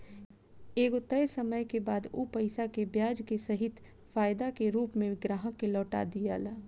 एगो तय समय के बाद उ पईसा के ब्याज के सहित फायदा के रूप में ग्राहक के लौटा दियाला